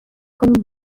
کنیم